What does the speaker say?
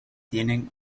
tienen